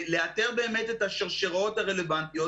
לאתר באמת את השרשראות הרלוונטיות,